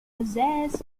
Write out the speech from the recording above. possess